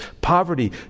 poverty